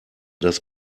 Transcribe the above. dass